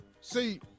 See